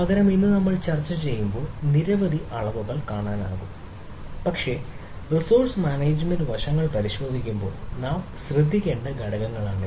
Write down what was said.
പകരം ഇന്ന് നമ്മൾ ചർച്ചചെയ്യുമ്പോൾ നിരവധി അളവുകൾ കാണാനാകും പക്ഷേ റിസോഴ്സ് മാനേജ്മെൻറ് വശങ്ങൾ പരിശോധിക്കുമ്പോൾ നാം ശ്രദ്ധിക്കേണ്ട ഘടകങ്ങളാണിത്